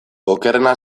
okerrena